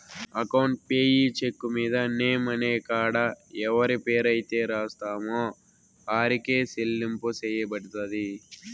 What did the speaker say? account payee cheque మీద name అనే కాడ ఎవరి పేరైతే రాస్తామో ఆరికే సెల్లింపు సెయ్యబడతది